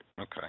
Okay